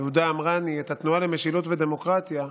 יהודה עמרני את התנועה למשילות ודמוקרטיה,